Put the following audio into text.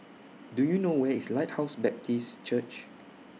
Do YOU know Where IS Lighthouse Baptist Church